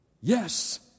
yes